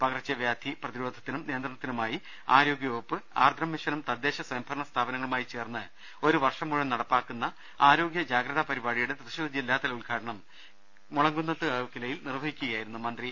പകർച്ചവ്യാധി പ്രതിരോധത്തിനും നിയന്ത്രണത്തിനുമായി ആരോഗ്യവകുപ്പ് ആർദ്രം മിഷനും തദ്ദേശ സ്വയംഭരണ സ്ഥാപനങ്ങളുമായി ചേർന്ന് ഒരു വർഷം മുഴുവൻ നടപ്പിലാക്കുന്ന ആരോഗൃജാഗ്രതാ പരിപാടിയുടെ തൃശൂർ ജില്ലാതല ഉദ്ഘാടനം മുളങ്കുന്നത്തുകാവ് കിലയിൽ നിർവഹിക്കുകയായിരുന്നു മന്ത്രി